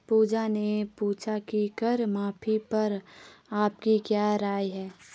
पूजा ने पूछा कि कर माफी पर आपकी क्या राय है?